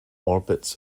orbits